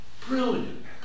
Brilliant